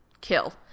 kill